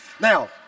now